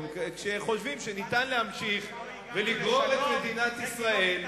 כשחושבים שאפשר להמשיך לגרור את מדינת ישראל,